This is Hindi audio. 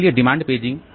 इसलिए डिमांड पेजिंग